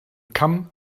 kamm